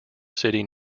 city